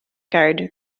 garde